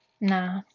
nah